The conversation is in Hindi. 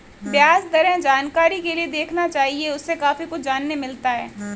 ब्याज दरें जानकारी के लिए देखना चाहिए, उससे काफी कुछ जानने मिलता है